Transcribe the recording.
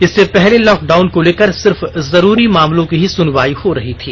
इससे पहले लॉकडाउन को लेकर सिर्फ जरूरी मामलों की ही सुनवाई हो रही थी